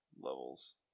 Levels